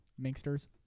minksters